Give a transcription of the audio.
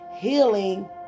Healing